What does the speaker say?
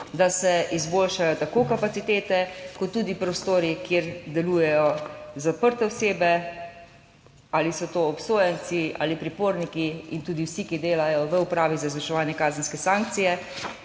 da se izboljšajo tako kapacitete, kot tudi prostori, kjer delujejo zaprte osebe, ali so to obsojenci ali priporniki in tudi vsi, ki delajo v Upravi za izvrševanje kazenske sankcije,